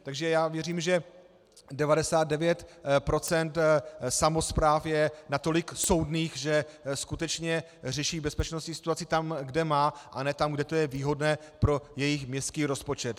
Takže já věřím, že 99 % samospráv je natolik soudných, že skutečně řeší bezpečnostní situaci tam, kde má, a ne tam, kde to je výhodné pro jejich městský rozpočet.